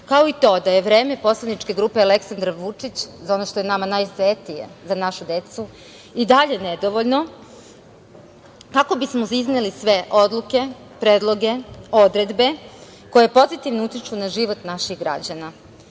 kao i to da je vreme poslaničke grupe Aleksandar Vučić, za ono što je nama najsvetije, za našu decu i dalje nedovoljno kako bismo izneli sve odluke, predloge, odredbe koje pozitivno utiču na život naših građana.